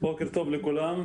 בוקר טוב לכולם.